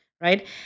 Right